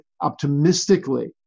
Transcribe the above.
optimistically